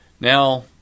Now